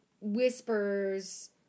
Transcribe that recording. whispers